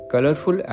Colorful